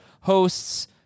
hosts